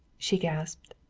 she gasped.